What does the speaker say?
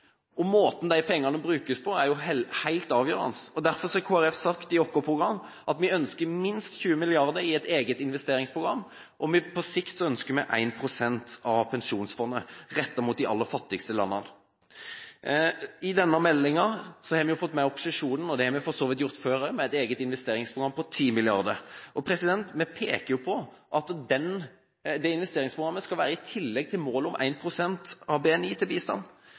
Måten de pengene brukes på, er helt avgjørende. Derfor har Kristelig Folkeparti i sitt program at vi ønsker minst 20 mrd. kr i et eget investeringsprogram, og på sikt ønsker vi 1 pst. av pensjonsfondet – rettet mot de aller fattigste landene. I forbindelse med denne meldingen har vi fått med opposisjonen – og det har vi for så vidt gjort før også – på et eget investeringsprogram på 10 mrd. kr. Vi peker på at det investeringsprogrammet skal være i tillegg til målet om 1 pst. av BNI til bistand.